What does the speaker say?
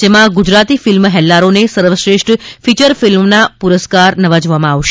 જેમાં ગુજરાતી ફિલ્મ હેલ્લારોને સર્વશ્રેષ્ઠ ફિચર ફિલ્મના પુરરસ્કાર નવાજવામાં આવશે